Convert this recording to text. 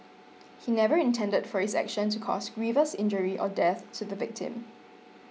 he never intended for his action to cause grievous injury or death to the victim